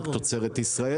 רק תוצרת ישראל,